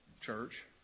church